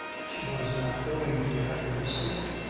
she was not going to let him see.